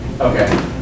Okay